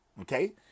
okay